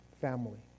family